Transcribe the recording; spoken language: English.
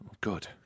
Good